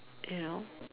you know